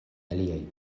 aliaj